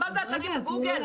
אתם שולחים אנשים לגוגל.